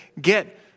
get